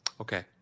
Okay